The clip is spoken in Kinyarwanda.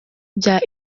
bya